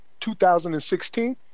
2016